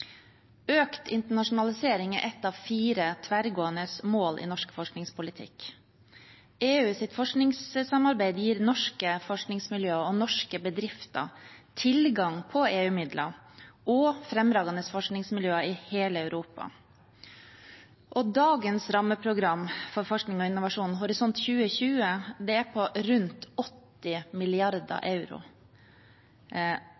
Økt internasjonalisering er et av fire tverrgående mål i norsk forskningspolitikk. EUs forskningssamarbeid gir norske forskningsmiljøer og norske bedrifter tilgang på EU-midler og fremragende forskningsmiljøer i hele Europa. Dagens rammeprogram for forskning og innovasjon, Horisont 2020, er på rundt 80